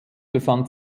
befand